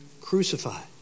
crucified